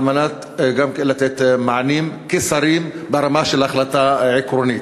על מנת גם כן לתת מענים כשרים ברמה של ההחלטה העקרונית.